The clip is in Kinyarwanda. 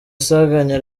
sanganya